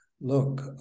look